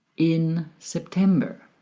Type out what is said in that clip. in september